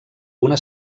una